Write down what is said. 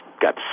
got